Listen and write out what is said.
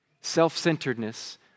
self-centeredness